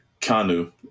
Kanu